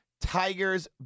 Tigers